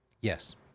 yes